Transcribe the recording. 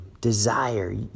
desire